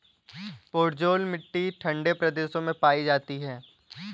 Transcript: podzol मिट्टी ठंडे प्रदेशों में पाई जाती है